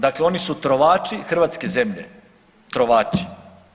Dakle oni su trovači hrvatske zemlje, trovači.